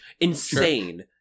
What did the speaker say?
Insane